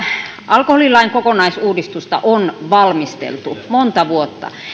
alkoholilain kokonaisuudistusta on valmisteltu monta vuotta